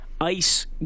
ice